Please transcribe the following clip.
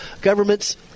governments